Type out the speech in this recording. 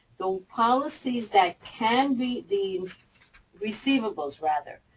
the policies that can be the receivables, rather,